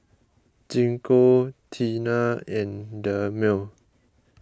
Gingko Tena and Dermale